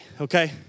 okay